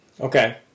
Okay